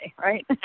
right